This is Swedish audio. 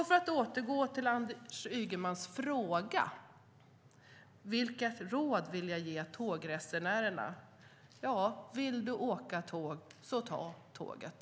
För att återgå till Anders Ygemans fråga om vilket råd jag vill ge tågresenärerna: Ja, vill du åka tåg, så ta tåget.